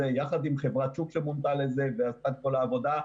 יחד עם חברת שוק שמונתה לזה ויצאה כבר לעבודה,